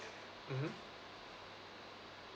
mmhmm